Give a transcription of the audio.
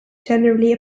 generally